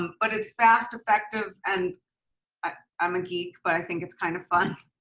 um but it's fast, effective, and i'm a geek but i think it's kind of fun.